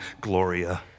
Gloria